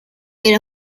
que